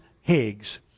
Higgs